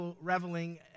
reveling